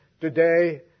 today